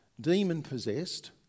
demon-possessed